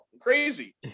crazy